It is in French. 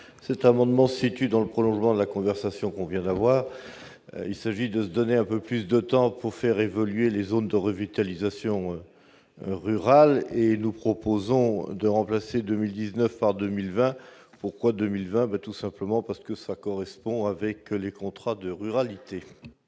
cette amendement situe dans le prolongement de la conversation qu'on vient d'avoir, il s'agit de donner un peu plus de temps pour faire évoluer les zones de revitalisation rurale et nous proposons de remplacer 2019 à 2020, pourquoi 2020, mais tout simplement parce que ça correspond avec les contrats de ruralité.